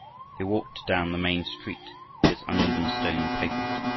they walked down the main street with its uneven stone pavement,